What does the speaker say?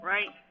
Right